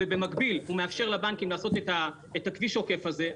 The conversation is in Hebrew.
ובמקביל הוא מאפשר לבנקים לעשות את הכביש העוקף הזה,